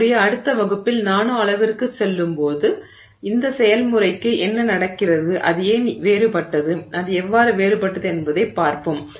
நம்முடைய அடுத்த வகுப்பில் நானோ அளவிற்குச் செல்லும்போது இந்த செயல்முறைக்கு என்ன நடக்கிறது அது ஏன் வேறுபட்டது அது எவ்வாறு வேறுபட்டது என்பதைப் பார்ப்போம்